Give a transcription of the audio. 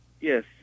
Yes